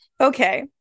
Okay